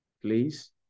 Please